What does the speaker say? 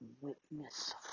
witness